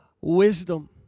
wisdom